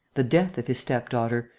the death of his step-daughter,